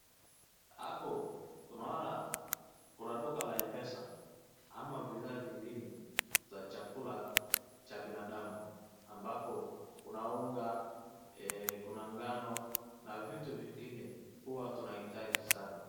Hapo tunaona duka la Mpesa ama bidhaa vingine za chakula cha binadamu. Ambapo kuna unga kuna ngano na vitu vingine huwa tunahitaji sana.